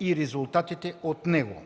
и резултатите от него.”